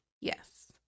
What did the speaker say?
Yes